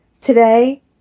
Today